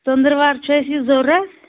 ژندٕروار چھ اسہِ یہِ ضروٗرت